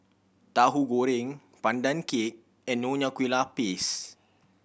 Tahu Goreng Pandan Cake and Nonya Kueh Lapis